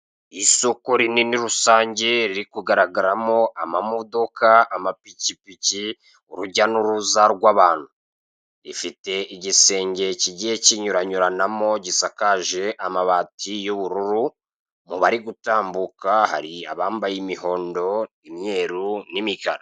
Isoko rinini rusange riri kugaragaramo amamodoka, amapikipiki, urujya n'uruza rw'abantu. Ifite igisenge kigiye kinyuranyuranamo gisakaje amabati y'ubururu, mu bari gutambuka hari abambaye imihondo, imyeru, n'imikara.